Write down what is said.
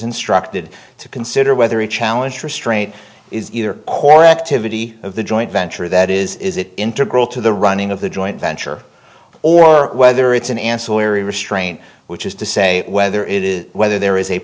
instructed to consider whether a challenge for a strain is either hore activity of the joint venture that is it integral to the running of the joint venture or whether it's an ancillary restraint which is to say whether it is whether there is a